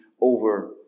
over